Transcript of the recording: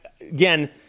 again